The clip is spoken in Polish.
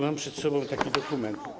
Mam tu przed sobą taki dokument.